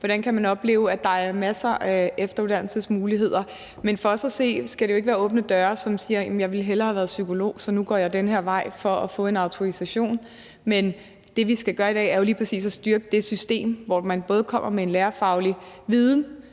hvordan man kan opleve, at der er masser af efteruddannelsesmuligheder. Men for os at se skal det jo ikke være åbne døre, som gør, at hvis en person hellere ville have været psykolog, så går han eller hun nu den her vej for at få en autorisation. Det, vi skal gøre i dag, er jo lige præcis at styrke det system, hvor man kommer med en lærerfaglig viden,